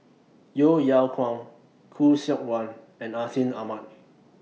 Yeo Yeow Kwang Khoo Seok Wan and Atin Amat